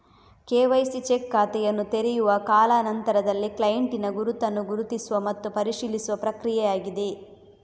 KYC check ಖಾತೆಯನ್ನು ತೆರೆಯುವ ಕಾಲಾ ನಂತರದಲ್ಲಿ ಕ್ಲೈಂಟಿನ ಗುರುತನ್ನು ಗುರುತಿಸುವ ಮತ್ತು ಪರಿಶೀಲಿಸುವ ಪ್ರಕ್ರಿಯೆಯಾಗಿದೆ